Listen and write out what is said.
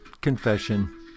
Confession